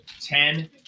ten